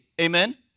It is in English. Amen